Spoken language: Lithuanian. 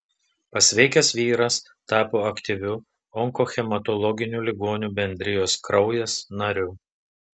pasveikęs vyras tapo aktyviu onkohematologinių ligonių bendrijos kraujas nariu